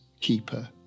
keeper